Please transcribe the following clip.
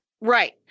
Right